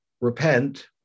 repent